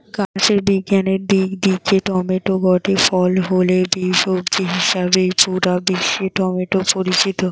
গাছের বিজ্ঞানের দিক দিকি টমেটো গটে ফল হলে বি, সবজি হিসাবেই পুরা বিশ্বে টমেটো পরিচিত